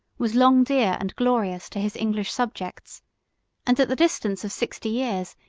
was long dear and glorious to his english subjects and, at the distance of sixty years,